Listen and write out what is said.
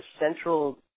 central